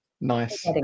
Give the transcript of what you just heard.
nice